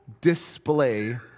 display